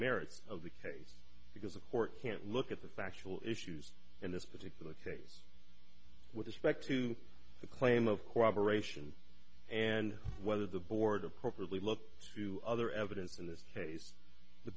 merits of the case because the court can't look at the factual issues in this particular case with respect to the claim of cooperation and whether the board of corporately look to other evidence in this case the